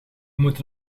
moeten